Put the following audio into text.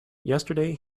yesterday